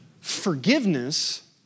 Forgiveness